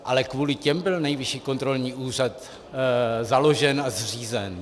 Ale kvůli těm byl Nejvyšší kontrolní úřad založen a zřízen.